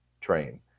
train